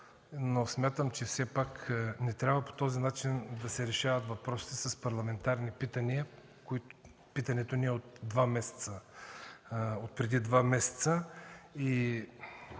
но смятам, че все пак не трябва по този начин да се решават въпросите – с парламентарни питания. Питането ни е отпреди два месеца.